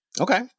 Okay